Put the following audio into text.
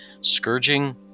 Scourging